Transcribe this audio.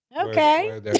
Okay